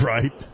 Right